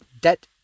Debt